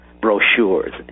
brochures